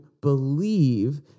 believe